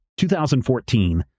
2014